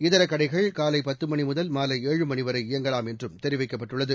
இதர கடைகள் காலை பத்து மணி முதல் மாலை ஏழு மணி வரை இயங்கலாம் என்றும் தெரிவிக்கப்பட்டுள்ளது